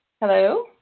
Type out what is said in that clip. Hello